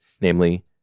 namely